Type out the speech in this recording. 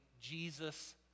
Jesus